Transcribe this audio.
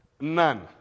None